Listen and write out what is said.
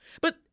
But-